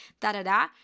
da-da-da